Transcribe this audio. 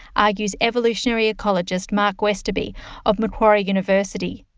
argues evolutionary ecologist mark westoby of macquarie university.